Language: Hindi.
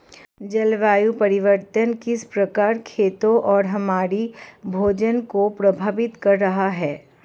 जलवायु परिवर्तन किस प्रकार खेतों और हमारे भोजन को प्रभावित कर रहा है?